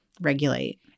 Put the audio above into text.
regulate